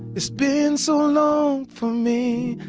it's been so long for me,